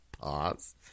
Pause